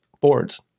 boards